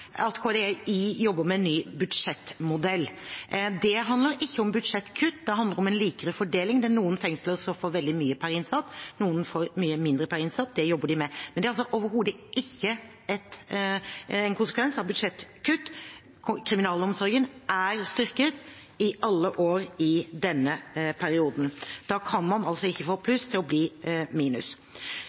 at KDI jobber med en ny budsjettmodell. Det handler ikke om budsjettkutt, det handler om en likere fordeling, der noen fengsler skal få veldig mye per innsatt, og noen får mye mindre per innsatt. Det jobber de med. Men det er altså overhodet ikke en konsekvens av budsjettkutt. Kriminalomsorgen er styrket i alle år i denne perioden. Da kan man altså ikke få pluss til å bli minus.